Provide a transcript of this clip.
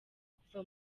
kuva